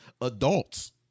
adults